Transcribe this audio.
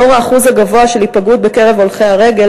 לנוכח האחוז הגבוה של היפגעות בקרב הולכי הרגל